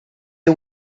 the